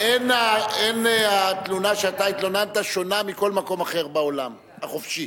אין התלונה שאתה התלוננת שונה מכל מקום אחר בעולם החופשי.